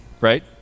right